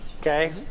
Okay